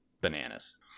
bananas